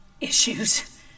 issues